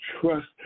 trust